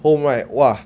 home right !wah!